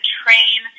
train